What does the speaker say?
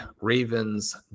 ravens